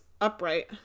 upright